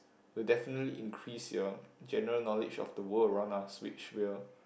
will definitely increase your general knowledge of the world why not switch here